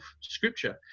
scripture